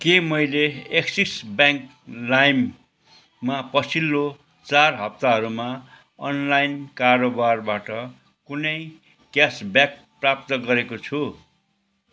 के मैले Axis bank लाइममा पछिल्लो चार हप्ताहरूमा अनलाइन कारोबारबाट कुनै क्यासब्याक प्राप्त गरेको छु